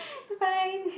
goodbye